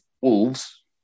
Wolves